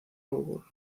auburn